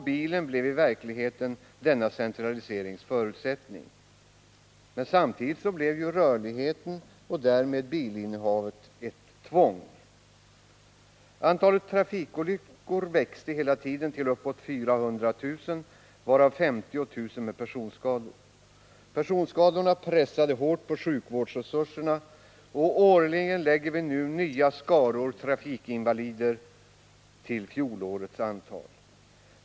Bilen blev i verkligheten denna centraliserings förutsättning, men samtidigt blev rörlighet och därmed bilinnehav ett tvång. Antalet trafikolyckor växte hela tiden till uppåt 400 000, varav 50 000 med personskador. Personskadorna pressade hårt på sjukvårdsresurserna, och årligen läggs nya skaror trafikinvalider till fjolårets.